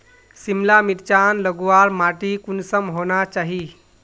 सिमला मिर्चान लगवार माटी कुंसम होना चही?